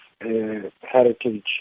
heritage